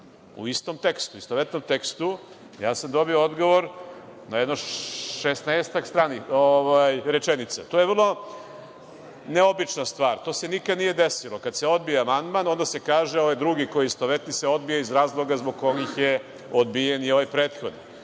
isti amandman u istovetnom tekstu, ja sam dobio odgovor na jedno 16-ak rečenica. To je vrlo neobična stvar, to se nikad nije desilo. Kada se odbije amandman, onda se kaže ovaj drugi, koji je istovetni, se odbije iz razloga zbog kojih je odbijen i ovaj prethodni. Tako